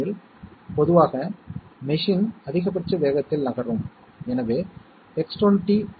நமக்கு ஆர்வமூட்டுவது XOR gate ஆகும் இது எக்ஸ்குளுசிவ் OR ஆகும்